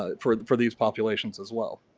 ah for for these populations as well.